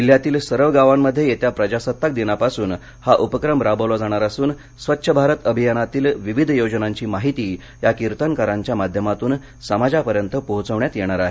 जिल्ह्यातील सर्व गावांमध्ये येत्या प्रजासत्ताक दिनापासून हा उपक्रम राबवला जाणार असून स्वच्छ भारत अभियानातील विविध योजनांची माहिती या कीर्तनकारांच्या माध्यमातून समाजापर्यंत पोचवण्यात येणार आहे